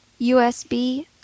USB